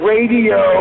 Radio